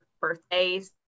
birthdays